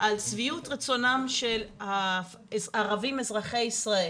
על שביעות רצונם של הערבים אזרחי ישראל